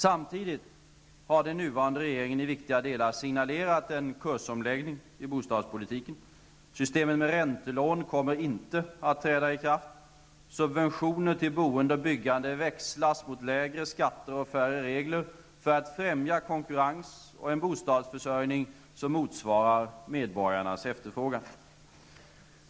Samtidigt har den nuvarande regeringen i viktiga delar signalerat en kursomläggning i bostadspolitiken. Systemet med räntelån kommer inte att träda i kraft. Subventioner till boende och byggande växlas mot lägre skatter och färre regler för att främja konkurrens och en bostadsförsörjning som motsvarar medborgarnas efterfrågan.